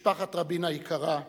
משפחת רבין היקרה,